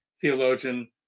theologian